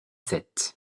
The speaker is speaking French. sept